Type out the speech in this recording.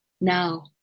now